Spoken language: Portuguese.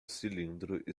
cilindro